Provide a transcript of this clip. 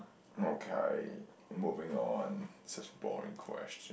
okay moving on such a boring question